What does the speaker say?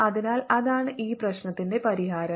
അതിനാൽ അതാണ് ഈ പ്രശ്നത്തിന്റെ പരിഹാരം